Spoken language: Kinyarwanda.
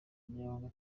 umunyamabanga